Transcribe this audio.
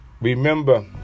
Remember